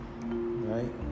right